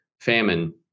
famine